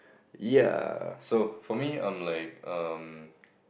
ya so for me I'm like um